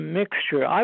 mixture